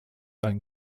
ein